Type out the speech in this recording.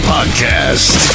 Podcast